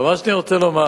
אבל מה שאני רוצה לומר: